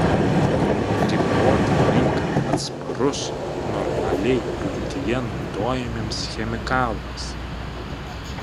ribotą laiką atsparus normaliai buityje naudojamiems chemikalams